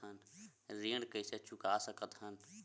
ऋण कइसे चुका सकत हन?